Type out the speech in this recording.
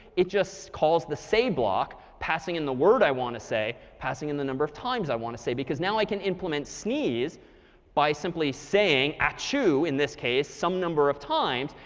it just calls the say block, passing in the word i want to say, passing in the number of times i want to say. because now i can implement sneeze by simply saying achoo, in this case, some number of times.